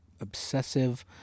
obsessive